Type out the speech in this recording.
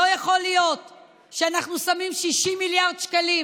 הוא נתן, הוא, אני לא עובדת אצל פקידים.